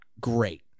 great